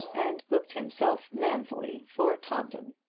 and booked himself manfully for taunton.